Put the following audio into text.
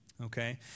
Okay